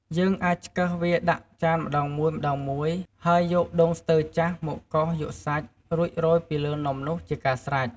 យើងអាចឆ្កឹះវាដាក់ចានម្ដងមួយៗ ហើយយកដូងស្ទើរចាស់មកកោសយកសាច់ រួចរោយពីលើនំនោះជាការស្រេច។